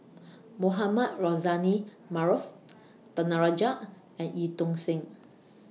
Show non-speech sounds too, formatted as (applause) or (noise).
(noise) Mohamed Rozani Maarof (noise) Danaraj and EU Tong Sen